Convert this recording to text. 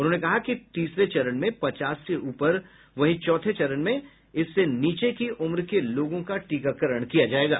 उन्होंने कहा कि तीसरे चरण में पचास से ऊपर वहीं चौथे चरण में इससे नीचे की उम्र के लोगों का टीकाकरण किया जायेगा